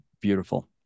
beautiful